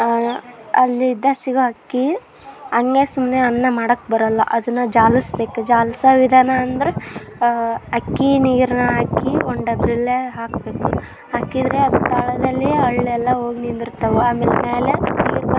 ಅಲ್ಲಿದ್ದ ಸಿಗೋ ಅಕ್ಕಿ ಹಂಗೇ ಸುಮ್ಮನೆ ಅನ್ನ ಮಾಡಕ್ಕೆ ಬರೋಲ್ಲ ಅದನ್ನು ಜಾಲಿಸ್ಬೇಕ್ ಜಾಲ್ಸೋ ವಿಧಾನ ಅಂದ್ರೆ ಅಕ್ಕಿ ನೀರ್ನಾಗೆ ಹಾಕಿ ಒಂದು ಡಬ್ರಿಯಲ್ಲೇ ಹಾಕಬೇಕು ಹಾಕಿದರೆ ಅದು ತಳದಲ್ಲಿ ಹಳ್ಳೆಲ್ಲ ಹೋಗ್ ನಿಂದಿರ್ತವೆ ಆಮೇಲೆ ಮೇಲೆ ನೀರು ಬಂದು